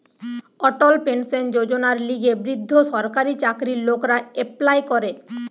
অটল pension যোজনার লিগে বৃদ্ধ সরকারি চাকরির লোকরা এপ্লাই করে